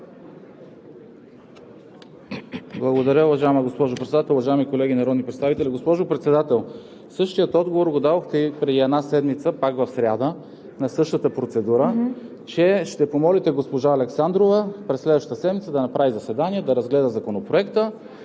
Благодаря, уважаема госпожо Председател. Уважаеми колеги народни представители! Госпожо Председател, същия отговор го дадохте преди една седмица, пак в сряда, на същата процедура – че ще помолите госпожа Александрова през следващата седмица да направи заседание и да разгледа Законопроекта,